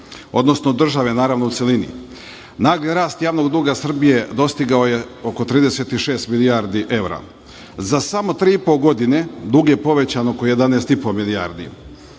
odnosno države u celini. Nagli rast javnog duga Srbije dostigao je oko 36 milijardi evra. Za samo tri i po godine dug je povećan oko 11,5 milijardi.